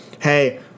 hey